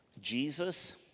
Jesus